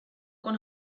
con